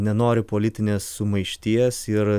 nenori politinės sumaišties ir